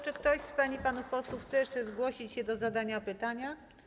Czy ktoś z pań i panów posłów chce jeszcze zgłosić się do zadania pytania?